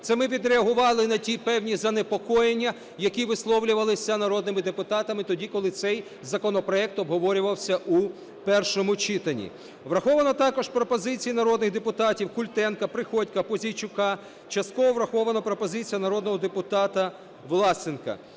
Це ми відреагували на ті певні занепокоєння, які висловлювалися народними депутатами тоді, коли цей законопроект обговорювався у першому читанні. Враховані також пропозиції народних депутатів Культенка, Приходька, Пузійчука, частково враховано пропозиція народного депутата Власенка.